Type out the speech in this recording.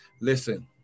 Listen